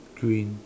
green